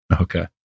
Okay